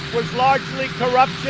was largely